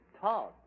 Todd